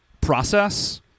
process